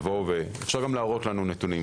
אפשר גם להראות לנו נתונים.